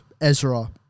Ezra